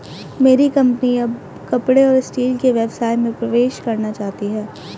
मेरी कंपनी अब कपड़े और स्टील के व्यवसाय में प्रवेश करना चाहती है